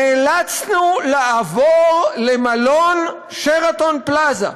נאלצנו לעבור למלון "שרתון פלאזה".